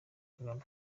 kagame